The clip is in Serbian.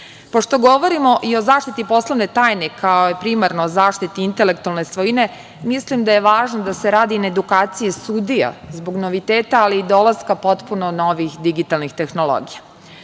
govorimo i o zaštiti poslovne tajne, kao primarnoj zaštiti intelektualne svojine, mislim da je važno da se radi na edukaciji sudija zbog noviteta, ali i dolaska potpuno novih digitalnih tehnologija. Ono